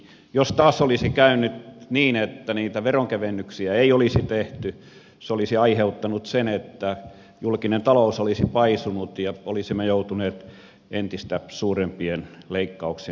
jos taas olisi käynyt niin että niitä veronkevennyksiä ei olisi tehty se olisi aiheuttanut sen että julkinen talous olisi paisunut ja olisimme joutuneet entistä suurempien leikkauksien kohteeksi